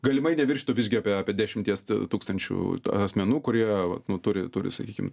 galimai neviršytų visgi apie apie dešimties tūkstančių asmenų kurie vat nu turi turi sakykim